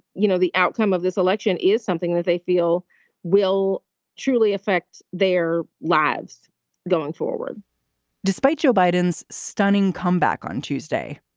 you know, the outcome of this election is something that they feel will truly affect their lives going forward despite joe biden's stunning comeback on tuesday,